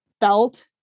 felt